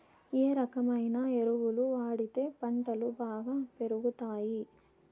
ఏ రకమైన ఎరువులు వాడితే పంటలు బాగా పెరుగుతాయి?